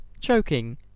choking